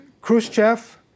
Khrushchev